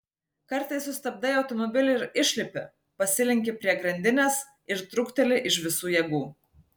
kartais sustabdai automobilį ir išlipi pasilenki prie grandinės ir trūkteli iš visų jėgų